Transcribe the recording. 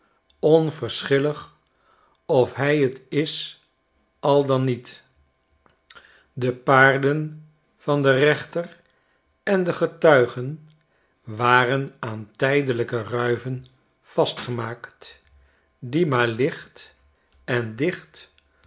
onverschillig of hij t is al dan niet de paarden van den rechter en de getuigen waren aan tijdelijke ruiven vastgemaakt die maar jicht en dicht